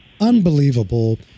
Unbelievable